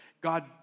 God